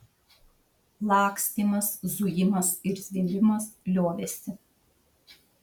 lakstymas zujimas ir zvimbimas liovėsi